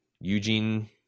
Eugene